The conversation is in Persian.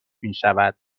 میشود